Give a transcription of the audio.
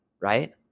right